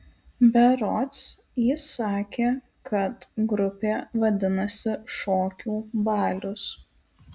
berods ji sakė kad grupė vadinasi šokių balius